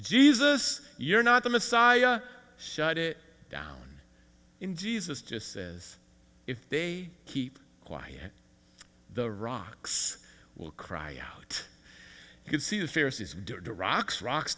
jesus you're not the messiah shut it down in jesus just says if they keep quiet the rocks will cry out you could see the fierce is due to rocks rocks